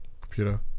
computer